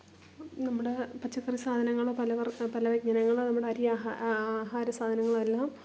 നമ്മുടെ പച്ചക്കറി സാധനങ്ങൾ പല വര്ഗ്ഗ പലവ്യഞ്ജനങ്ങൾ നമ്മുടെ അരിയാഹാര ആഹാര സാധനങ്ങളും എല്ലാം